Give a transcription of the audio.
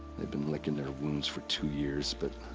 they've been licking their wounds for two years, but.